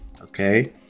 Okay